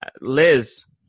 Liz